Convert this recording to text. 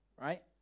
right